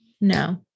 No